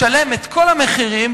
לשלם את כל המחירים,